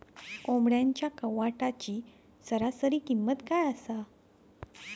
कोंबड्यांच्या कावटाची सरासरी किंमत काय असा?